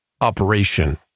operation